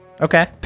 Okay